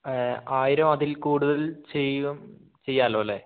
ആയിരം അതിൽ കൂടുതൽ ചെയ്യും ചെയ്യാമല്ലോ അല്ലേ